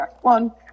one